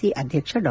C ಅಧ್ಯಕ್ಷ ಡಾ